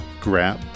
grab